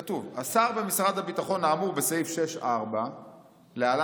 כתוב: "השר במשרד הביטחון האמור בסעיף 6.4 (להלן,